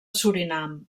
surinam